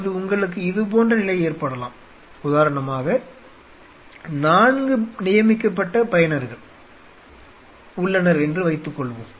அல்லது உங்களுக்கு இது போன்ற நிலை ஏற்படலாம் உதாரணமாக நான்கு நியமிக்கப்பட்ட பயனர்கள் உள்ளனர் என்று வைத்துக்கொள்வோம்